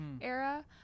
era